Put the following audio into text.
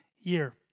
year